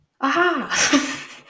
aha